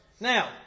Now